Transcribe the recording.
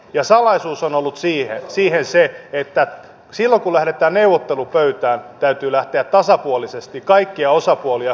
ja salaisuus on ollut siinä se että silloin kun lähdetään neuvottelupöytään täytyy lähteä tasapuolisesti kaikkia osapuolia kuunnellen